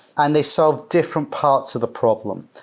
and they solve different parts of the problem.